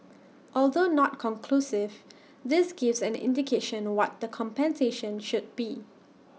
although not conclusive this gives an indication what the compensation should be